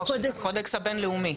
קודקס הבין לאומי.